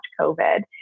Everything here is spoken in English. COVID